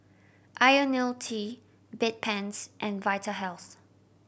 Ionil T Bedpans and Vitahealth